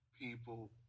people